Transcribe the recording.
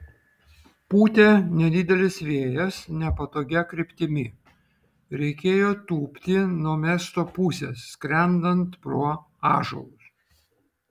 pūtė nedidelis vėjas nepatogia kryptimi reikėjo tūpti nuo miesto pusės skrendant pro ąžuolus